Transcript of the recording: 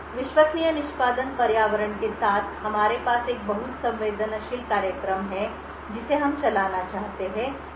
विश्वसनीय निष्पादन पर्यावरण के साथ हमारे पास एक बहुत संवेदनशील कार्यक्रम है जिसे हम चलाना चाहते हैं